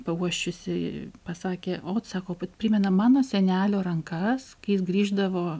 pauosčiusi pasakė ot sako vat primena mano senelio rankas kai jis grįždavo